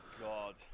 God